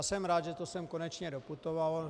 Jsem rád, že to sem konečně doputovalo.